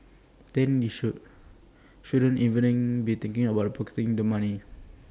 and you shouldn't even be thinking about pocketing the money